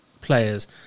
players